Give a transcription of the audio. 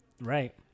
right